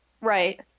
Right